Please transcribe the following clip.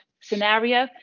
scenario